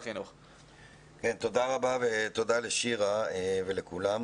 תודה רבה ותודה לשירה ולכולם.